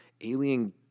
alien